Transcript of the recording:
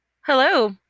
Hello